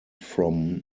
from